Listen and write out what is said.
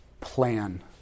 Plan